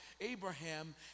Abraham